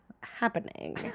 happening